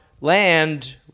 land